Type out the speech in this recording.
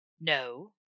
No